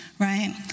Right